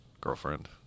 girlfriend